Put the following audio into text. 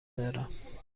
دارم